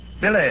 Billy